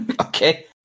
Okay